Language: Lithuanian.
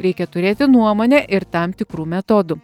reikia turėti nuomonę ir tam tikrų metodų